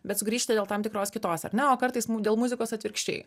bet sugrįšite dėl tam tikros kitos ar ne o kartais dėl muzikos atvirkščiai